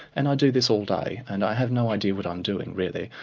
and i do this all day. and i have no idea what i'm doing, really,